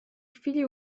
chwili